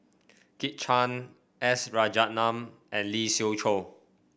Kit Chan S Rajaratnam and Lee Siew Choh